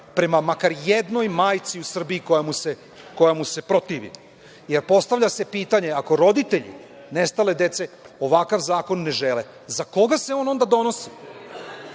prema makar jednoj majci u Srbiji koja mu se protivi. Postavlja se pitanje – ako roditelji nestale dece ovakav zakon ne žele, za koga se on onda donosi?